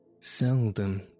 Seldom